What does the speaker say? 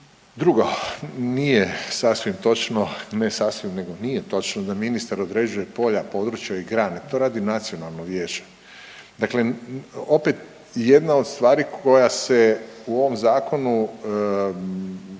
Drugo, nije sasvim točno, ne sasvim nego nije točno da ministar određuje polja, područja i grane, to radi nacionalno vijeće. Dakle, opet jedna od stvari koja se u ovom zakonu